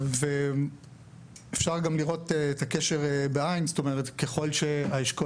אפשר גם לראות את הקשר בעין: ככל שהאשכול